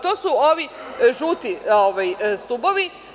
To su ovi žuti stubovi.